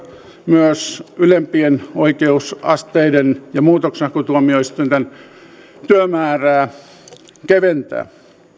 myös ylempien oikeusasteiden ja muutoksenhakutuomioistuinten työmäärää keventää